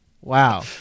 Wow